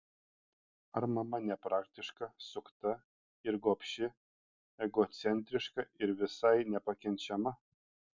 ar mama nepraktiška sukta ir gobši egocentriška ir visai nepakenčiama